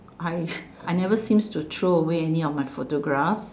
I I never seems to throw away any of my photographs